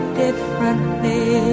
differently